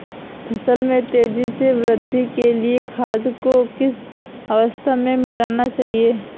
फसल में तेज़ी से वृद्धि के लिए खाद को किस अवस्था में मिलाना चाहिए?